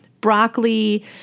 broccoli